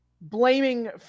blaming